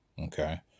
Okay